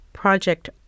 project